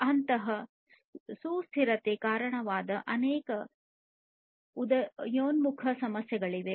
ಅಂತಹ ಸುಸ್ಥಿರತೆಗೆ ಕಾರಣವಾಗುವ ಅನೇಕ ಉದಯೋನ್ಮುಖ ಸಮಸ್ಯೆಗಳಿವೆ